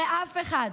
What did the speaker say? ואף אחד,